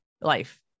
life